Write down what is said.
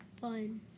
Fun